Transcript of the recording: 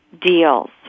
deals